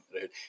right